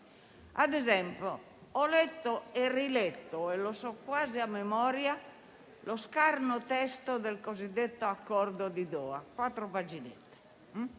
chiare. Ho letto, riletto e conosco quasi a memoria lo scarno testo del cosiddetto accordo di Doha: quattro paginette.